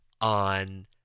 On